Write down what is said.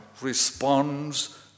responds